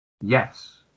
yes